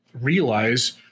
realize